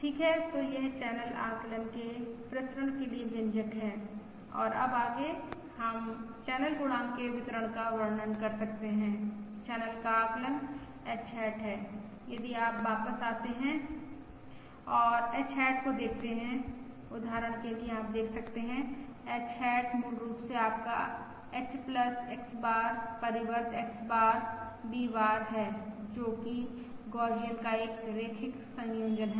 ठीक है तो यह चैनल आकलन के प्रसरण के लिए व्यंजक है और अब आगे हम चैनल गुणांक के वितरण का वर्णन कर सकते हैं चैनल का आकलन H हैट है यदि आप वापस जाते हैं और H हैट को देखते हैं उदाहरण के लिए आप देख सकते हैं H हैट मूल रूप से आपका H X बार परिवर्त X बार V बार है जो कि गौसियन का एक रैखिक संयोजन है